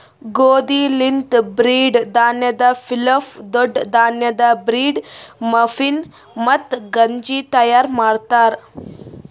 ಗೋದಿ ಲಿಂತ್ ಬ್ರೀಡ್, ಧಾನ್ಯದ್ ಪಿಲಾಫ್, ದೊಡ್ಡ ಧಾನ್ಯದ್ ಬ್ರೀಡ್, ಮಫಿನ್, ಮತ್ತ ಗಂಜಿ ತೈಯಾರ್ ಮಾಡ್ತಾರ್